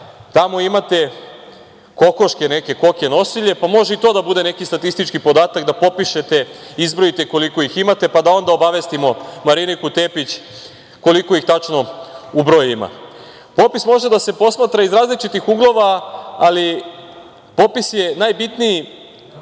tamo imate kokoške, koke nosilje, pa može i to da bude neki statistički podatak da popišete, izbrojite koliko ih imate, pa da onda obavestimo Mariniku Tepić koliko ih tačno u broj ima. Popis može da se posmatra iz različitih uglova, ali popis je najbitniji